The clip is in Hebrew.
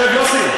שב, יוסי.